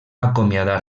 acomiadar